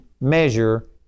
measure